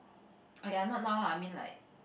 !aiya! not now lah I mean like